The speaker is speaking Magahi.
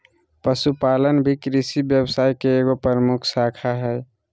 पशुपालन भी कृषि व्यवसाय के एगो प्रमुख शाखा हइ